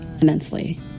immensely